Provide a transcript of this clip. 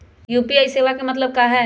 UPI सेवा के का मतलब है?